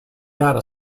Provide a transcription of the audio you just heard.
data